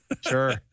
Sure